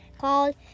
called